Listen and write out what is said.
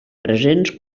presents